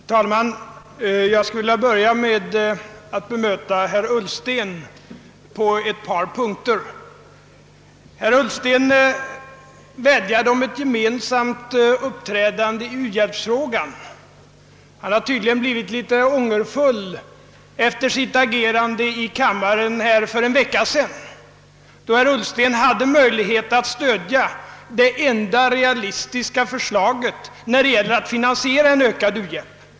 Herr talman! Jag skulle vilja börja med att bemöta herr Ullsten på ett par punkter. Herr Ullsten vädjade om ett gemensamt uppträdande i u-hjälpsfrågan. Han har tydligen blivit litet ångerfull efter sitt agerande här i kammaren för någon vecka sedan, då han hade möjlighet att stödja det enda realistiska för slaget för att finansiera en ökad u-hjälp.